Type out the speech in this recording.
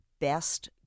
best